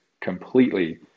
completely